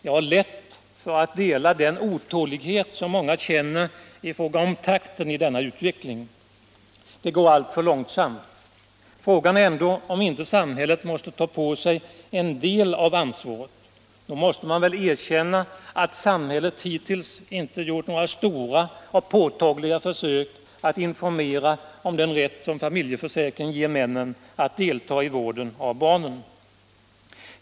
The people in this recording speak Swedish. Jag har lätt för att dela den otålighet som många känner i fråga om takten i denna utveckling. Det går alltför långsamt. Frågan är ändå om inte samhället måste ta på sig en del av ansvaret. Nog måste man väl erkänna att samhället hittills inte gjort några stora och påtagliga försök att informera om den rätt som familjeförsäkringen ger männen att delta i vården av barnen.